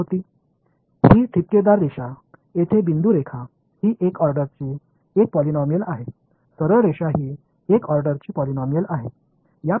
இந்த புள்ளியிடப்பட்ட வரி இந்த கோடு டேஸ் இங்கே உள்ளது இது வரிசையின் பாலினாமியல் 1 நேர் கோடு வரிசையின் பாலினாமியல் 1